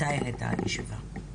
מתי הייתה הישיבה?